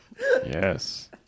Yes